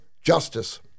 justice